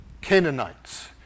Canaanites